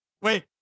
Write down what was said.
Wait